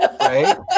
right